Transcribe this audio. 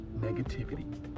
negativity